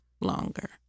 longer